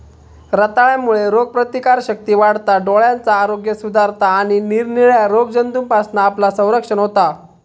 रताळ्यांमुळे रोगप्रतिकारशक्ती वाढता, डोळ्यांचा आरोग्य सुधारता आणि निरनिराळ्या रोगजंतूंपासना आपला संरक्षण होता